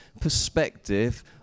perspective